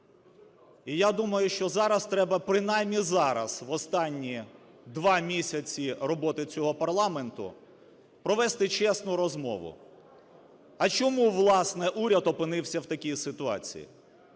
І я думаю, що зараз треба, принаймні зараз, в останні 2 місяці роботи цього парламенту, провести чесну розмову, а чому, власне, уряд опинився в такій ситуації?